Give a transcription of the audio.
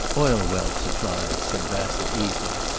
oil well supplies, said bassett easily.